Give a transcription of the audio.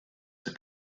ses